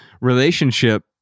relationship